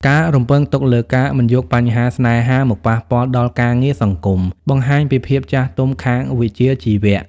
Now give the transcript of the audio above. ការរំពឹងទុកលើ "ការមិនយកបញ្ហាស្នេហាមកប៉ះពាល់ដល់ការងារសង្គម" បង្ហាញពីភាពចាស់ទុំខាងវិជ្ជាជីវៈ។